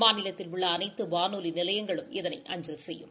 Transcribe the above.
மாநிலத்தில் உள்ள அனைத்து வானொலி நிலையங்களும் இதனை அஞ்சல் செய்யும்